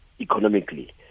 economically